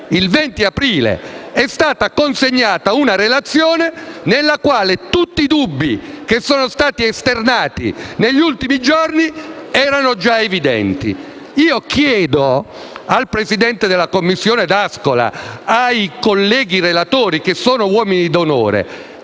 il 20 aprile è stata consegnata una relazione nella quale tutti i dubbi che sono stati esternati negli ultimi giorni erano già evidenti. Chiedo al presidente della Commissione giustizia D'Ascola e ai colleghi relatori, che sono uomini d'onore,